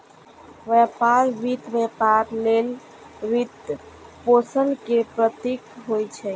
व्यापार वित्त व्यापार लेल वित्तपोषण के प्रतीक होइ छै